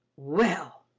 well!